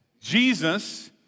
Jesus